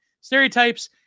stereotypes